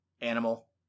Animal